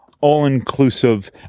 all-inclusive